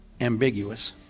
ambiguous